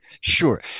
sure